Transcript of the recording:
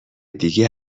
دیگه